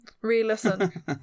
re-listen